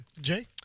Jay